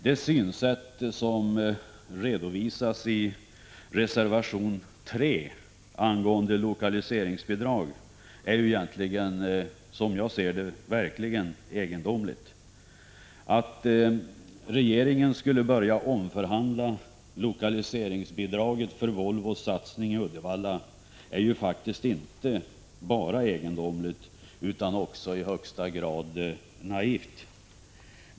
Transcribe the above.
Det synsätt som redovisas i reservation 3 angående lokaliseringsbidrag är, som jag ser saken, verkligen egendomligt. Det är faktiskt inte bara egendomligt utan i högsta grad också naivt att tro att regeringen skulle börja omförhandla när det gäller lokaliseringsbidraget för Volvos satsning i Uddevalla.